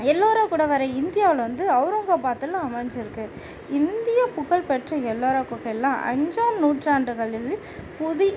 எல்லோரா குடைவரை இந்தியாவில் வந்து அவுரங்காபாத்தில் அமைஞ்சிருக்கு இந்திய புகழ் பெற்ற எல்லோரா குகையெலாம் அஞ்சாம் நூற்றாண்டுகளில் புதி